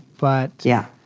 but yeah,